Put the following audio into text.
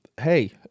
hey